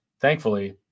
thankfully